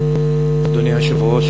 אדוני היושב-ראש,